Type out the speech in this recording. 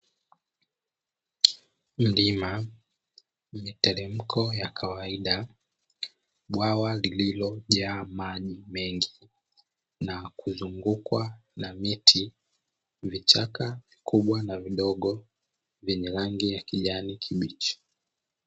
Milima, miteremko ya kawaida, bwawa lililojaa maji mengi na kuzungukwa na miti, vichaka vikubwa na vidogo vyenye rangi ya kijani kibichi.